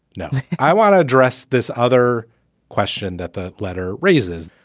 no. i want to address this other question that the letter raises.